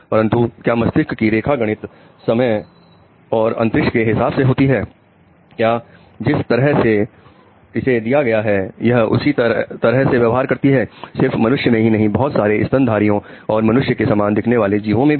परंतु क्या मस्तिष्क की रेखा गणित समय और अंतरिक्ष के हिसाब से होती है क्या जिस तरह से इसे दिया गया है यह उसी तरह से व्यवहार करती है सिर्फ मनुष्य में ही नहीं बहुत सारे स्तनधारियों और मनुष्य के समान दिखने वाले जीवो में भी